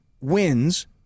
wins